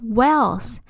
wealth